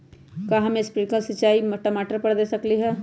का हम स्प्रिंकल सिंचाई टमाटर पर दे सकली ह?